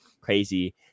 crazy